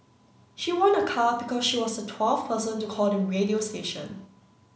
she won a car because she was the twelfth person to call the radio station